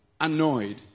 annoyed